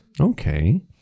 Okay